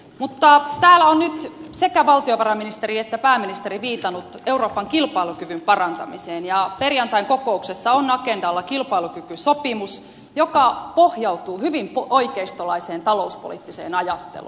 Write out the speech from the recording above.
mutta täällä ovat nyt sekä valtiovarainministeri että pääministeri viitanneet euroopan kilpailukyvyn parantamiseen ja perjantain kokouksessa on agendalla kilpailukykysopimus joka pohjautuu hyvin oikeistolaiseen talouspoliittiseen ajatteluun